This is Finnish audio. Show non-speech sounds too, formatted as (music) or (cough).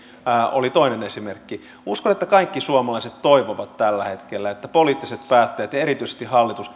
oli toinen esimerkki uskon että kaikki suomalaiset toivovat tällä hetkellä että poliittiset päättäjät ja erityisesti hallitus (unintelligible)